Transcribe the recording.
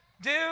dude